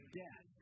death